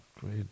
great